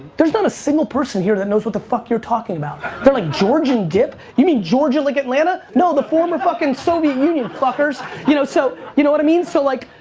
there's not a single person here that knows what the fuck you are talking about. they are like georgian dip, you mean georgia like atlanta? no, the former fuckin' soviet union fuckers. you know, so you know what i mean? so like,